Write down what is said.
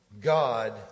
God